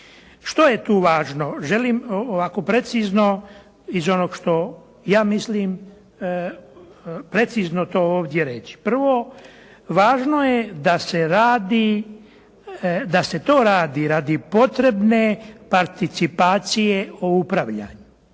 Što je tu važno? Želim ovako precizno, iz onog što ja mislim, precizno to ovdje reći. Prvo, važno je da se to radi radi potrebne participacije u upravljanju.